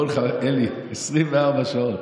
אני אומר לך אלי, 24 שעות.